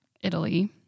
Italy